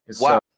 Wow